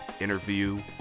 interview